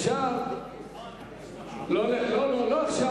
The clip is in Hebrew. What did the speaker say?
לא עכשיו,